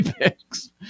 picks